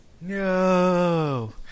No